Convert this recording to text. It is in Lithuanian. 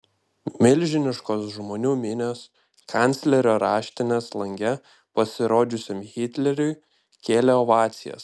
milžiniškos žmonių minios kanclerio raštinės lange pasirodžiusiam hitleriui kėlė ovacijas